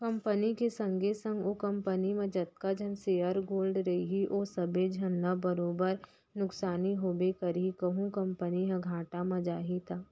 company के संगे संग ओ कंपनी म जतका झन सेयर होल्डर रइही ओ सबे झन ल बरोबर नुकसानी होबे करही कहूं कंपनी ह घाटा म जाही त